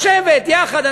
לשבת, יחד.